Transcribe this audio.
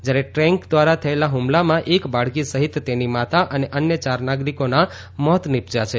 જ્યારે ટેન્ક દ્વારા થયેલા હુમલામાં એક બાળકી સહિત તેની માતા અને અન્ય ચાર નાગરિકોના મોત નીપજ્યા છે